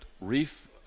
Reef